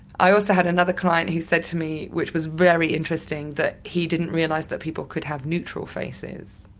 i also had another client who said to me which was very interesting that he didn't realise that people could have neutral faces.